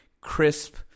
crisp